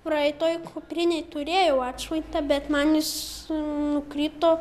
praeitoj kuprinėj turėjau atšvaitą bet man jis nukrito